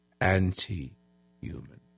anti-human